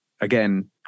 Again